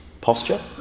posture